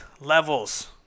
levels